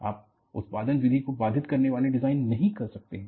आप उत्पादन विधि को बाधित करने वाले डिजाइन नहीं कर सकते हैं